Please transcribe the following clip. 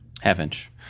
Half-inch